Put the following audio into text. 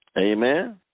Amen